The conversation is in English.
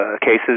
cases